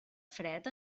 fred